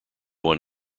won